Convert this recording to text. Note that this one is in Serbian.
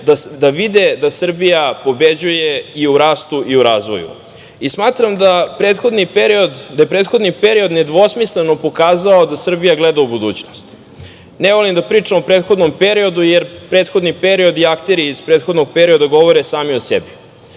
da vide da Srbija pobeđuje i u rastu i u razvoju. Smatram da je prethodni period nedvosmisleno pokazao da Srbija gleda u budućnost. Ne volim da pričam o prethodnom periodu, jer prethodni period i arterije iz prethodnog perioda govore sami o sebi.